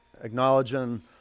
acknowledging